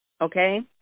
okay